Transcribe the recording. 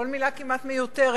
כל מלה כמעט מיותרת,